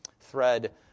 thread